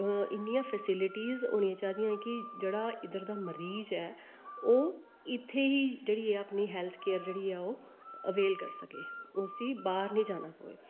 इन्नियां फेसीलिटी होनी चाहिदी कि जेहड़ा इद्धर दा मरीज ऐ ओह् इत्थे ही जेहड़ी ऐ अपनी हैल्थ केयर जेहड़ै ऐ ओह् अवेल करी सकै उसी बाहर नेई जाना पवै